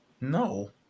No